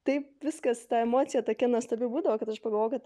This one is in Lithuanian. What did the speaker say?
taip viskas ta emocija tokia nuostabi būdavo kad aš pagalvojau kad